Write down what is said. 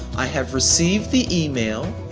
i have received the email,